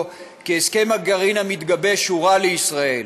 כי הסכם הגרעין המתגבש הוא רע לישראל,